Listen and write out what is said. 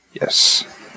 Yes